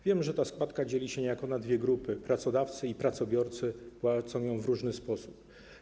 Wiemy, że ta składka dzieli się niejako na dwie grupy - pracodawcy i pracobiorcy płacą ją w różny sposób.